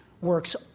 works